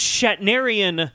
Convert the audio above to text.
Shatnerian